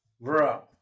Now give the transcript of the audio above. Bro